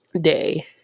day